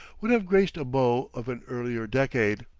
would have graced a beau of an earlier decade.